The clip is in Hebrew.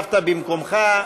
ישבת במקומך?